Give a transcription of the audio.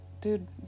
dude